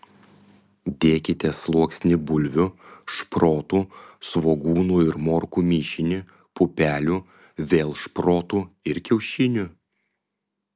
dėkite sluoksnį bulvių šprotų svogūnų ir morkų mišinį pupelių vėl šprotų ir kiaušinių